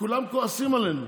כולם כועסים עלינו,